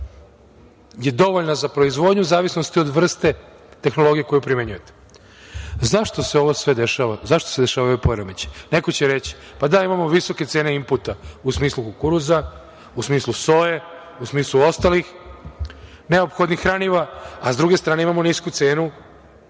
je dovoljna za proizvodnju u zavisnosti od vrste tehnologije koju primenjujete.Zašto se ovo sve dešava? Zašto se dešavaju poremećaji? Neko će reći, pa da imamo visoke cene inputa u smislu kukuruza, soje, ostalih neophodnih hraniva, a sa druge strane imamo nisku cenu